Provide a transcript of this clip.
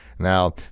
Now